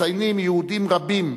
מציינים יהודים רבים